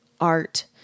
art